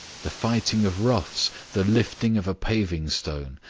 the fighting of roughs, the lifting of a paving stone,